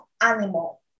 animal